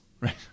Right